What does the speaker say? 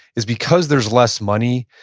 is because there's less money,